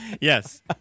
Yes